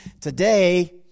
today